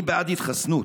אני בעד התחסנות,